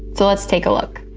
so let's take a look.